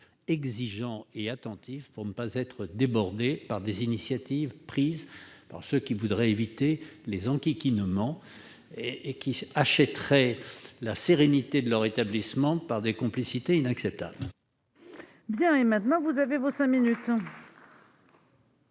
exigeants et attentifs pour ne pas être débordé par des initiatives prises par ceux qui voudraient éviter les enquiquinent Oman et et qui achèterait la sérénité de leur établissement par des complicités inacceptable.